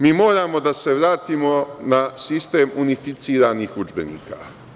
Mi moramo da se vratimo na sistem unificiranih udžbenika.